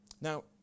Now